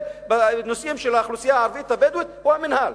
בנושאים של האוכלוסייה הערבית הבדואית הוא המינהל.